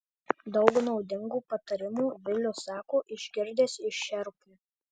daug naudingų patarimų vilius sako išgirdęs iš šerpų